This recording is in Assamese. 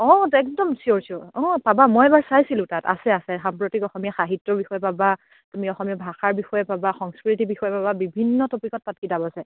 অ' একদম চিয়'ৰ চিয়'ৰ অ' পাবা মই এবাৰ চাইছিলোঁ তাত আছে আছে সাম্প্ৰতিক অসমীয়া সাহিত্যৰ বিষয়ে পাবা সাম্প্ৰতিক অসমীয়া ভাষাৰ বিষয়ে পাবা সংস্কৃতিৰ বিষয়ে পাবা বিভিন্ন টপিকত তাত কিতাপ আছে